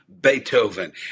Beethoven